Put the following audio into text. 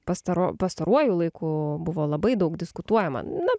pastar pastaruoju laiku buvo labai daug diskutuojama na